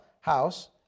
house